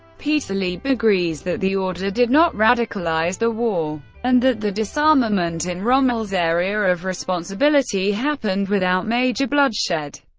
peter lieb agrees that the order did not radicalize the war and that the disarmament in rommel's area of responsibility happened without major bloodshed.